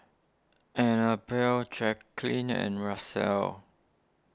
Annabelle Jaclyn and Russell